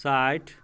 साठि